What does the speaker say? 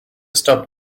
stub